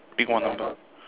pick one loh